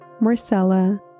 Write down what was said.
Marcella